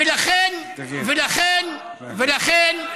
ולכן, אחמד, תרגם.